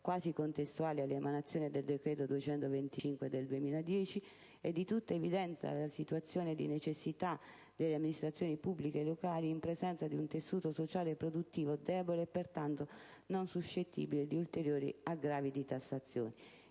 quasi contestuali all’emanazione del decreto-legge n. 225 del 2010; e di tutta evidenza la situazione di necessitadelle amministrazioni pubbliche locali in presenza di un tessuto sociale e produttivo debole, pertanto non suscettibile di ulteriori aggravi di tassazione.